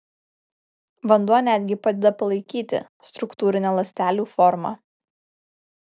vanduo net gi padeda palaikyti struktūrinę ląstelių formą